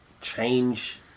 change